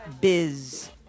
biz